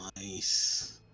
nice